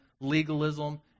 legalism